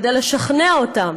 כדי לשכנע אותם